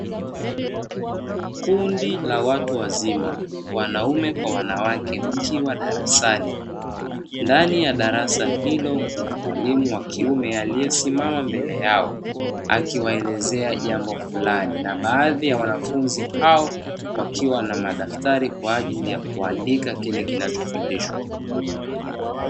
Kundi la watu wazima wanaume kwa wanawake wakiwa darasani, ndani ya darasa hilo kuna mwalimu wa kiume aliyesimama mbele yao, akiwaelezea jambo fulani na baadhi ya wanafunzi hao wakiwa na madaftari kwa ajili ya kuandika kile kinachofundishwa.